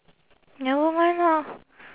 never mind lah